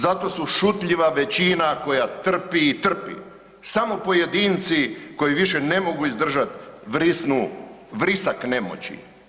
Zato su šutljiva većina koja trpi i trpi, samo pojedinci koji više ne mogu izdržati, vrisnu vrisak nemoći.